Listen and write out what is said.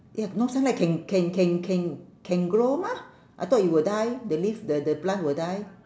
eh no sunlight can can can can can grow mah I thought it will die the leaf the the plant will die